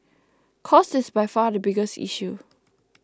cost is by far the biggest issue